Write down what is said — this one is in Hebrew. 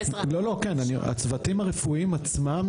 הצוותים הרפואיים עצמם,